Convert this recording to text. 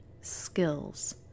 skills